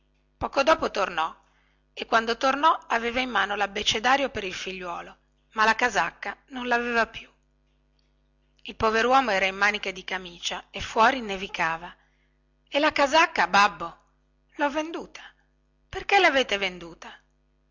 casa dopo poco tornò e quando tornò aveva in mano labbecedario per il figliuolo ma la casacca non laveva più il poveruomo era in maniche di camicia e fuori nevicava e la casacca babbo lho venduta perché lavete venduta